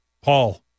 Paul